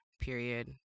period